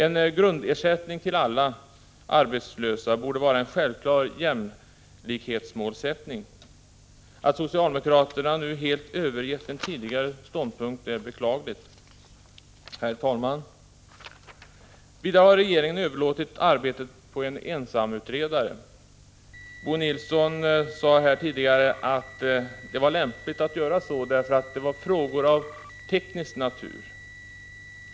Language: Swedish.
En grundersättning till alla arbetslösa borde vara en självklar jämlikhetsmålsättning. Att socialdemokraterna nu helt övergett sin tidigare ståndpunkt är beklagligt. Herr talman! Regeringen har vidare överlåtit arbetet på en ensamutredare. Bo Nilsson sade här tidigare att detta var lämpligt därför att det gällde frågor av teknisk natur.